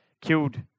killed